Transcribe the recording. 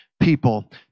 people